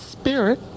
spirit